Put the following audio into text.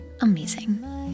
amazing